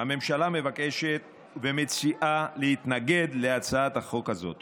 הממשלה מבקשת ומציעה להתנגד להצעת החוק הזאת.